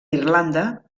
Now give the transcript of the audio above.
irlanda